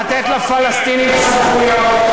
לתת לפלסטינים סמכויות,